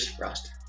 Rust